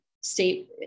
state